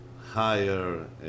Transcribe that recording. higher